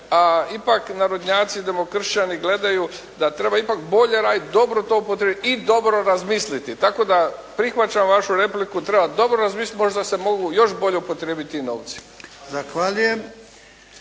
a ipak narodnjaci i demokršćani gledaju da treba ipak bolje raditi, dobro to podijeliti i dobro razmisliti. Tako da prihvaćam vašu repliku, treba dobro razmisliti, možda se mogu još bolje upotrijebiti ti novci.